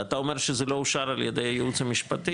אתה אומר שזה לא אושר על ידי הייעוץ המשפטי.